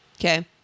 okay